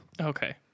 okay